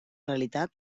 realitat